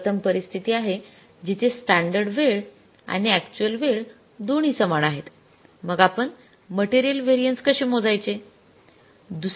प्रथम परिस्थिती आहे जिथे स्टॅंडर्ड वेळ आणि अक्चुअल वेळ दोन्ही समान आहेत मग आपण मटेरियल व्हेरिएन्स कसे मोजायचे